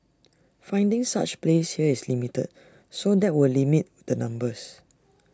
finding such A place here is limited so that will limit the numbers